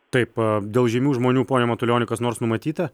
taip dėl žymių žmonių pone matulioni kas nors numatyta